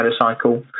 motorcycle